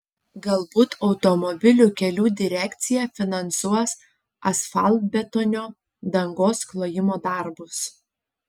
galbūt automobilių kelių direkcija finansuos asfaltbetonio dangos klojimo darbus